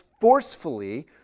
forcefully